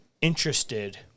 interested